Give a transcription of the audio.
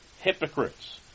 Hypocrites